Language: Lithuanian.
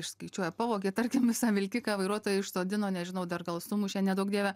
išskaičiuoja pavogia tarkim visą vilkiką vairuotoją išsodino nežinau dar gal sumušė neduok dieve